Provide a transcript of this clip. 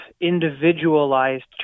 individualized